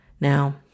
Now